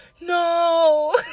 No